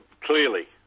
clearly